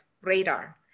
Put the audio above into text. radar